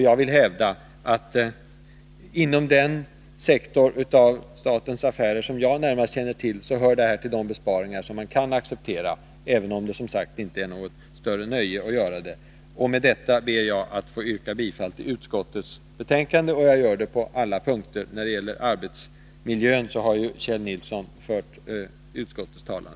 Jag vill hävda att inom den sektor av statens affärer som jag närmast känner till hör detta till de besparingar som man kan acceptera, även om det inte är något större nöje att göra det. Jag ber att med det anförda få yrka bifall till utskottets hemställan på alla punkter. När det gäller arbetsmiljön har Kjell Nilsson fört utskottets talan.